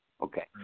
Okay